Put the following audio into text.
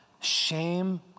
Shame